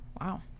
wow